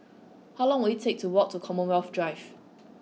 how long will it take to walk to Commonwealth Drive